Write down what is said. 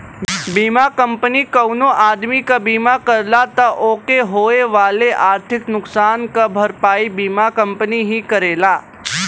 बीमा कंपनी कउनो आदमी क बीमा करला त ओके होए वाले आर्थिक नुकसान क भरपाई बीमा कंपनी ही करेला